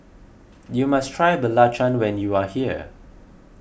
you must try Belacan when you are here